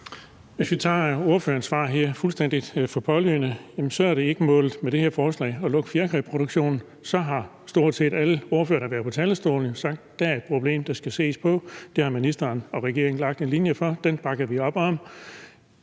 Hvis vi tager ordførerens svar her fuldstændig for pålydende, er det ikke målet med det her forslag at lukke fjerkræproduktionen. Så har stort set alle ordførere, der har været på talerstolen, jo sagt, at der er et problem, der skal ses på. Det har ministeren og regeringen lagt en linje for. Den bakker vi op om.